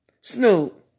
Snoop